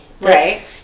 right